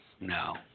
No